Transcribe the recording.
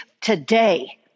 today